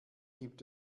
gibt